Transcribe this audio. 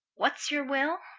what's your will?